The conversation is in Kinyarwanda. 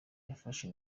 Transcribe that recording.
yafashwe